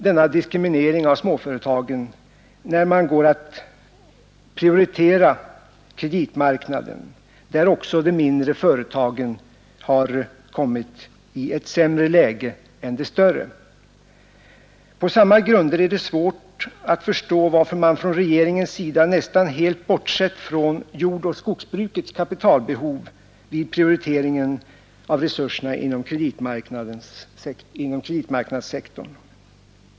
Denna diskriminering av småföretagen märks också när man går att prioritera kreditmarknaden, där de mindre företagen har kommit i ett sämre läge än de större. På samma grunder är det svårt att förstå varför man från regeringens sida nästan helt bortsett från jordoch skogsbrukets kapitalbehov vid prioriteringen av resurserna inom kreditmarknadssektorn.